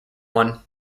one